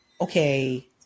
okay